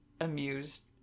amused